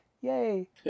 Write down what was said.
yay